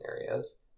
scenarios